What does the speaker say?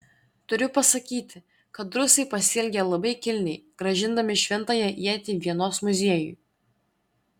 turiu pasakyti kad rusai pasielgė labai kilniai grąžindami šventąją ietį vienos muziejui